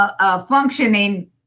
functioning